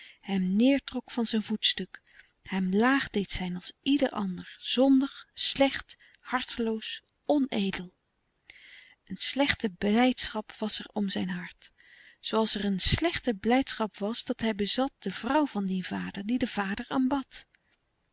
hem neêrtrok van zijn voetstuk hem laag deed zijn als ieder ander zondig slecht harteloos onedel een slechte blijdschap was er om in zijn hart zooals er een slechte blijdschap was dat hij bezat de vrouw van dien vader die die vader aanbad